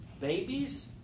babies